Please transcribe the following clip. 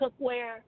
cookware